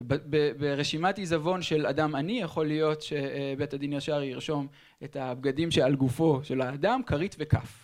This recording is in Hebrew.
ברשימת עיזבון של אדם עני, יכול להיות שבית הדין ישר ירשום את הבגדים שעל גופו של האדם: כרית וכף